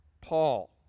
Paul